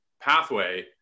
pathway